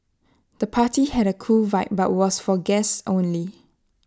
the party had A cool vibe but was for guests only